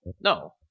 No